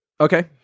Okay